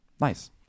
Nice